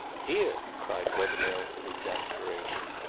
here! cried wethermill in exasperation.